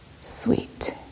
sweet